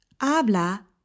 Habla